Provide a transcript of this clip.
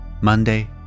Monday